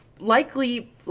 Likely